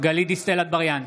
גלית דיסטל אטבריאן,